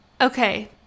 Okay